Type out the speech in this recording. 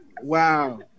Wow